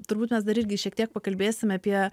turbūt mes dar irgi šiek tiek pakalbėsim apie